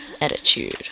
attitude